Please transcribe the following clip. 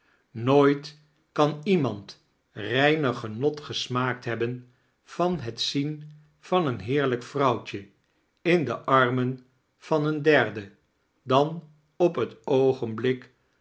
nooit kan iemand reiner genot gesmaakt hebben van het zien van een heerlijk vrouwt je in de armen van een derde dan op het oogenblik